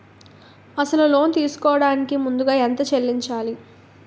అసలు లోన్ తీసుకోడానికి ముందుగా ఎంత చెల్లించాలి?